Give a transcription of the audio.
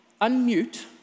unmute